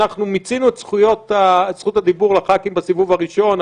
מיצינו את זכות הדיבור לח"כים בסיבוב הראשון,